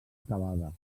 acabada